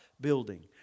building